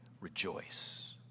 rejoice